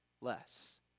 less